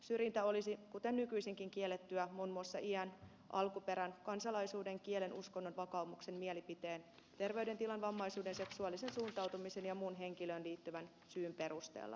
syrjintä olisi kuten nykyisinkin kiellettyä muun muassa iän alkuperän kansalaisuuden kielen uskonnon vakaumuksen mielipiteen terveydentilan vammaisuuden seksuaalisen suuntautumisen ja muun henkilöön liittyvän syyn perusteella